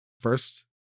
first